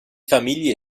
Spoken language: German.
familie